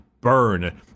burn